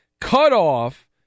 cutoff